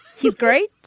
he's great.